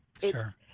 Sure